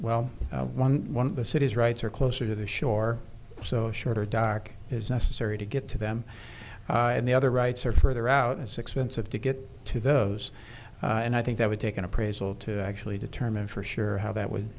well one of the city's rights are closer to the shore so shorter dark is necessary to get to them and the other rights are further out as expensive to get to those and i think that would take an appraisal to actually determine for sure how that would